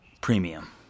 premium